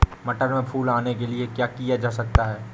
मटर में फूल आने के लिए क्या किया जा सकता है?